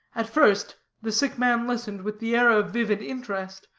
at first the sick man listened, with the air of vivid interest,